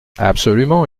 absolument